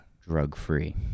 drug-free